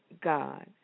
God